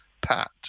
Pat